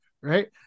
Right